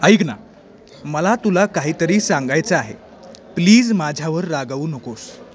ऐक ना मला तुला काहीतरी सांगायचं आहे प्लीज माझ्यावर रागावू नकोस